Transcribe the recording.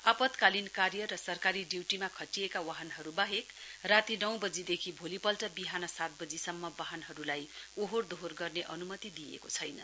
आपतकालीन कार्य र सरकारी ड्युटीमा खटिएका वाहनहरू बाहेक राती नौ बजीदेखि भोलिपल्ट बिहान सात बजीसम्म वाहनहरूलाई ओहोर दोहोर गर्ने अनुमति दिइएको छैन